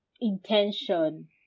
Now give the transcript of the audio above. intention